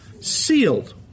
sealed